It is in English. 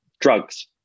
drugs